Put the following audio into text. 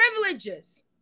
Privileges